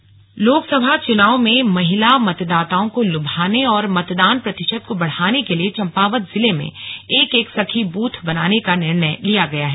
सखी बूथ चंपावत लोकसभा चुनाव में महिला मतदाताओं को लुभाने और मतदान प्रतिशत को बढ़ाने के लिए चम्पावत जिले में एक एक संखी बूथ बनाने का निर्णय लिया गया है